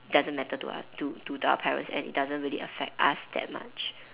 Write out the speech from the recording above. doesn't matter to us to to our parents and doesn't really affect us that much